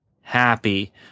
happy